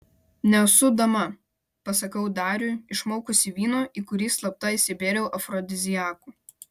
nesu dama pasakau dariui išmaukusi vyno į kurį slapta įsibėriau afrodiziakų